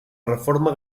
reforma